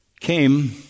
came